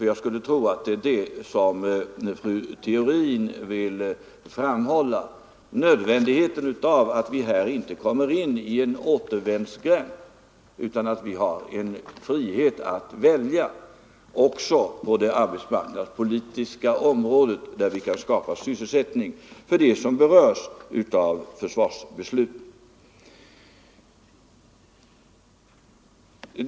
Jag tror att vad fru Theorin vill framhålla är nödvändigheten av att vi inte kommer in i en återvändsgränd utan har frihet att välja också på det arbetsmarknadspolitiska området, så att vi kan skapa sysselsättning för dem som berörs av försvarsbesluten.